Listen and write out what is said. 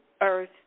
earth